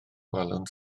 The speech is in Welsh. gwelwn